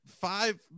five